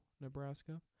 nebraska